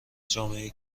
جامعهای